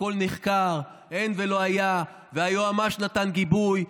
הכול נחקר, אין ולא היה, והיועמ"ש נתן גיבוי.